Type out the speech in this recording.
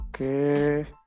okay